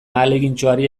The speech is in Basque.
ahalegintxoari